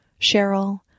Cheryl